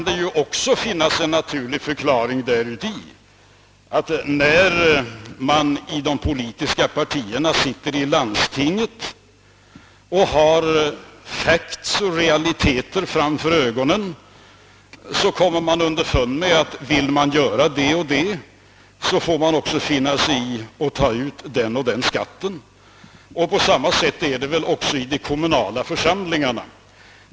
Det kan också finnas en naturlig förklaring däruti, att de politiska partiernas representanter, när de sitter i landstinget och har facts och realiteter framför ögonen, kommer underfund med att de om de vill göra det och det också får finna sig i att ta ut den och den skatten. På samma sätt förhåller det sig väl i de primärkommunala församlingarna.